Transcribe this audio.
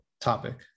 topic